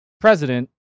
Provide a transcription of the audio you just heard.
president